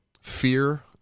fear